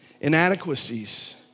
inadequacies